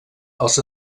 als